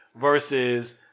versus